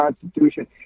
Constitution